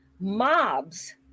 mobs